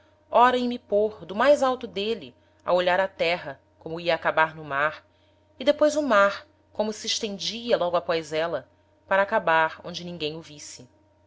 ora em me pôr do mais alto d'êle a olhar a terra como ia acabar no mar e depois o mar como se estendia logo após éla para acabar onde ninguem